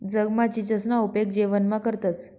जगमा चीचसना उपेग जेवणमा करतंस